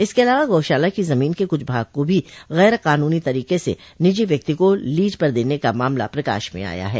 इसके अलावा गौशाला की ज़मीन के कुछ भाग को भी गैर कानूनी तरीके से निजी व्यक्ति को लीज पर देने का मामला प्रकाश में आया है